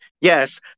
Yes